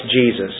Jesus